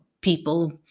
people